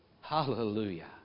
Hallelujah